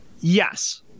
yes